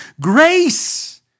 Grace